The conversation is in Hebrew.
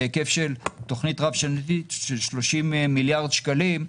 תוכנית רב שנתית של 30 מיליארד שקלים.